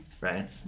Right